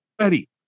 ready